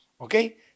Okay